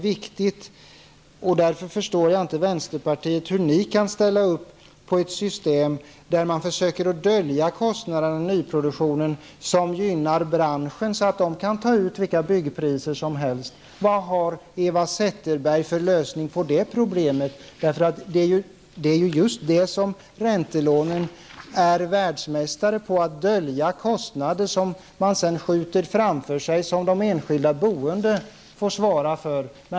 Jag förstår inte hur vänsterpartiet kan ställa sig bakom ett system där man försöker dölja kostnaderna i nyproduktionen, något som gynnar branschen så att man där kan ta ut vilka byggpriser som helst. Vilken lösning har Eva Zetterberg på det problemet? Det är just detta som räntelånen så att säga är världsmästare på, nämligen att dölja kostnader som man sedan skjuter framför sig och vilka de enskilda boende sedan får svara för.